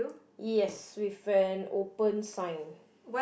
yes with friend open sign